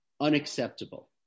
unacceptable